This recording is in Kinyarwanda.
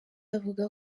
avuga